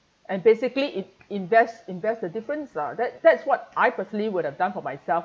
and basically it invest invest the difference lah that that's what I personally would have done for myself